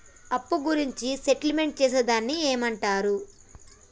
అప్పు గురించి సెటిల్మెంట్ చేసేదాన్ని ఏమంటరు?